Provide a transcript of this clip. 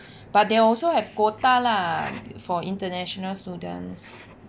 but they also have quota lah for international students